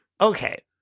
Okay